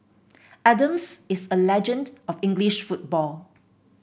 Adams is a legend of English football